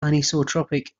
anisotropic